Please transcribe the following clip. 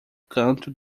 canto